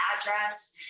address